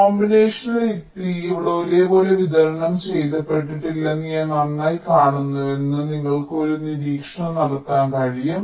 combinational യുക്തി ഇവിടെ ഒരേപോലെ വിതരണം ചെയ്യപ്പെട്ടിട്ടില്ലെന്ന് ഞാൻ നന്നായി കാണുന്നുവെന്ന് നിങ്ങൾക്ക് ഒരു നിരീക്ഷണം നടത്താൻ കഴിയും